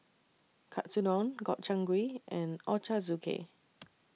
Katsudon Gobchang Gui and Ochazuke